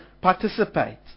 participate